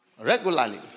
Regularly